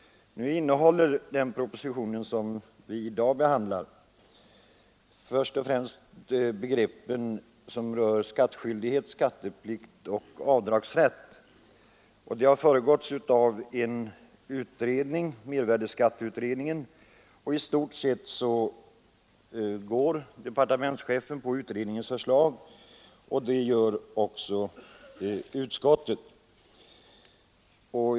Nu innehåller den proposition som vi i dag behandlar först och främst begrepp som rör skattskyldighet, skatteplikt och avdragsrätt. Propositionen har föregåtts av en utredning, mervärdeskatteutredningen. Departementschefen biträder i stort sett utredningens förslag, och det gör också utskottet.